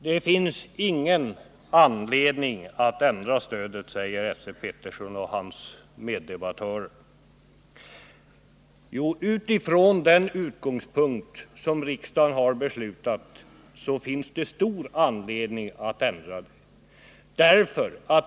Det finns ingen anledning att ändra stödet, säger Esse Petersson och hans meddebattörer. Jo, utifrån den utgångspunkt som riksdagen har beslutat så finns det stor anledning att ändra stödet.